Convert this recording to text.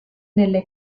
nelle